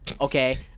okay